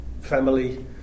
family